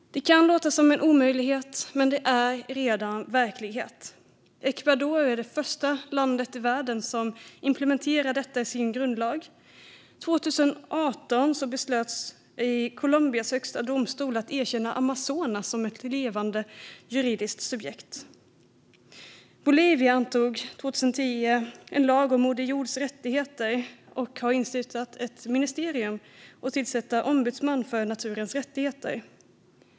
Detta kan låta som en omöjlighet, men det är redan verklighet. Ecuador är det första landet i världen som har implementerat detta i sin grundlag. År 2018 beslöt Colombias högsta domstol att erkänna Amazonas som ett levande juridiskt subjekt. Bolivia antog 2010 en lag om moder jords rättigheter och har instiftat ett ministerium och tillsatt en ombudsman för naturens rättigheter.